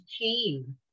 pain